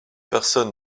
personne